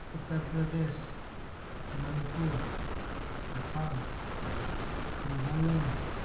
Uttar Pradesh Manipur Assam Nagaland